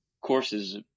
courses